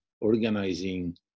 organizing